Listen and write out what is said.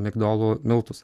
migdolų miltus